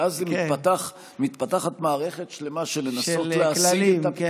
ואז מתפתחת מערכת שלמה של לנסות להשיג את